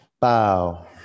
bow